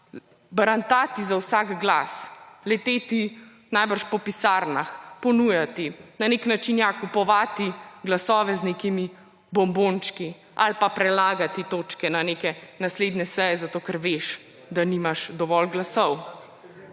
barantati za vsak glas, leteti − najbrž − po pisarnah, ponujati na nek način, ja, kupovati glasove z nekimi bombončki ali pa prelagati točke na neke naslednje seje, zato ker veš, da nimaš dovolj glasov.